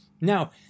Now